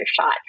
shot